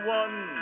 one